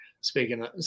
speaking